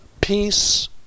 peace